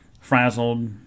frazzled